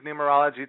Numerology